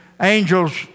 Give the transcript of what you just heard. angels